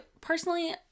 personally